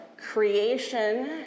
creation